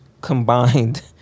combined